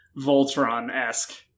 Voltron-esque